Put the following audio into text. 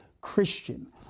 Christian